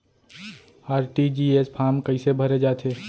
RTGS form कइसे भरे जाथे?